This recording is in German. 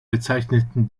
bezeichneten